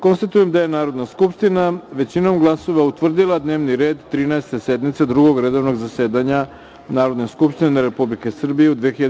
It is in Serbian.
Konstatujem da je Narodna skupština većinom glasova utvrdila dnevni red Trinaeste sednice Drugog redovnog zasedanja Narodne skupštine Republike Srbije u 2021. godini, u celini.